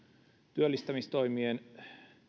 työllistämistoimien